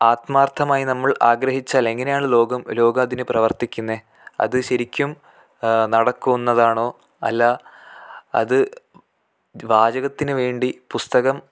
ആത്മാർഥമായി നമ്മൾ ആഗ്രഹിച്ചാൽ എങ്ങനെയാണ് ലോകം ലോകതിന് പ്രവൃത്തിക്കുന്നത് അത് ശരിക്കും നടക്കുന്നതാണോ അല്ല അത് വാചകത്തിന് വേണ്ടി പുസ്തകം